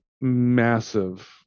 massive